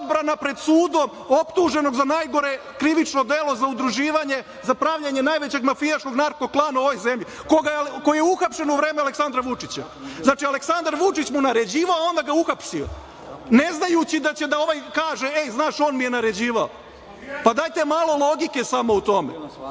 odbrana pred sudom optuženog za najgore krivično delo, za udruživanje, za pravljenje najvećeg mafijaškog narko klana u ovoj zemlji, koji je uhapšen u vreme Aleksandra Vučića. Znači, Aleksandar Vučić mu naređivao, a onda ga uhapsio, ne znajući da će ovaj da kaže - ej, znaš, on mi je naređivao! Dajte malo logike samo u tome.Za